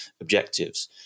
objectives